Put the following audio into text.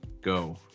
go